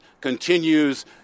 continues